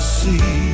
see